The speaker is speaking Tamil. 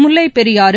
முல்லைப்பெரியாறு